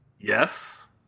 Yes